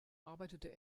arbeitete